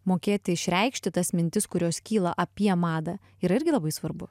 mokėti išreikšti tas mintis kurios kyla apie madą yra irgi labai svarbu